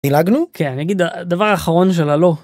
דילגנו כן אני אגיד את הדבר האחרון של הלא.